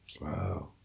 Wow